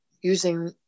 using